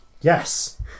yes